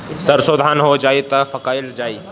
सरसो धन हो जाई त का कयील जाई?